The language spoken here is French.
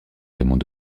raymond